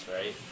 right